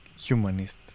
humanist